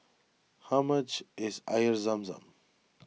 how much is Air Zam Zam